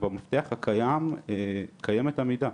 במפתח הקיים קיימת עמידה.